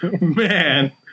Man